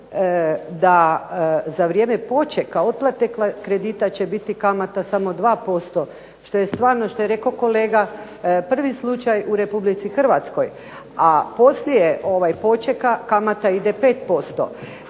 da za vrijeme počeka otplate kredita će biti kamata samo 2%, što je stvarno, što je rekao kolega prvi slučaj u Republici Hrvatskoj, a poslije počeka kamata ide 5%,